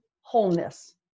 wholeness